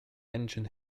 engine